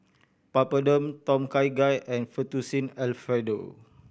Papadum Tom Kha Gai and Fettuccine Alfredo